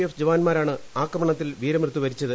F ജവാന്മാരാണ് ആക്രമണത്തിൽ വീരമൃത്യുവരിച്ചത്